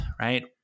right